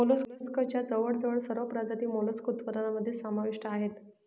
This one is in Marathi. मोलस्कच्या जवळजवळ सर्व प्रजाती मोलस्क उत्पादनामध्ये समाविष्ट आहेत